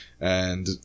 and-